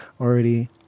already